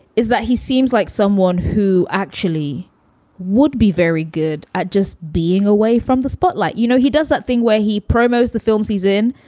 is that he seems like someone who actually would be very good at just being away from the spotlight. you know, he does that thing where he promos the films he's in.